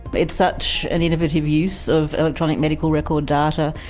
it's such an innovative use of electronic medical record data,